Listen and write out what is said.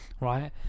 right